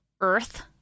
earth